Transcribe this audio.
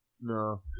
No